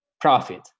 profit